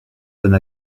donne